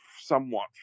somewhat